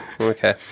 Okay